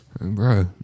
Bro